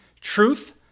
Truth